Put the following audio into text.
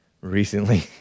recently